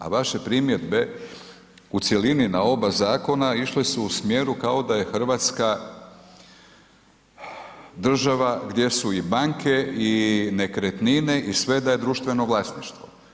A vaše primjedbe u cjelini na oba zakona išle su u smjeru kao da je Hrvatska, država gdje su i banke i nekretnine i sve, da je društveno vlasništvo.